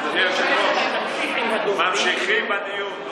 אדוני היושב-ראש, וממשיכים בדיון.